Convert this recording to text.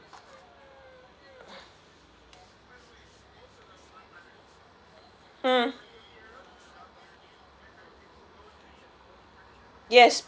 mm